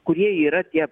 kurie yra tie